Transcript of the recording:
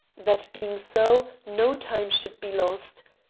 that being so, no time should be lost.